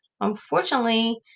Unfortunately